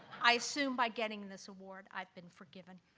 i assume, by getting this award, i've been forgiven.